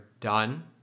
done